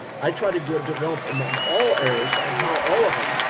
i try to grow, develop them on all areas. so i empower, all of them.